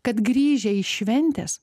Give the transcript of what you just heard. kad grįžę iš šventės